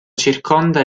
circonda